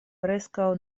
preskaŭ